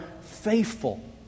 faithful